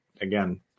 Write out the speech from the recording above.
again